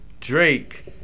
Drake